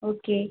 ma'am